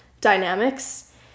dynamics